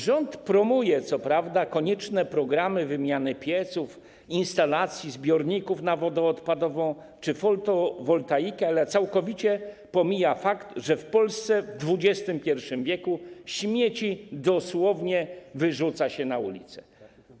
Rząd promuje, co prawda, konieczne programy wymiany pieców, instalacji, zbiorników na wodę odpadową czy fotowoltaikę, ale całkowicie pomija fakt, że w Polsce w XXI w. śmieci dosłownie wyrzuca się na ulice.